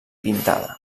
pintada